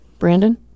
brandon